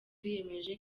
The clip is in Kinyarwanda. kiyemeje